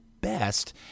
best